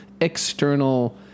external